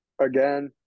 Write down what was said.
Again